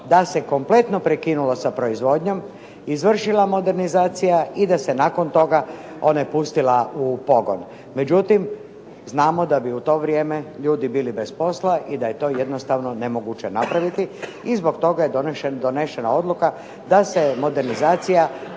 da se kompletno prekinulo sa proizvodnjom, izvršila modernizacija i da se nakon toga ona pustila u pogon. Međutim, znamo da bi u to vrijeme ljudi bili bez posla i da je to jednostavno nemoguće napraviti. I zbog toga je donesena odluka da se modernizacija